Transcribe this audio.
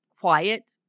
quiet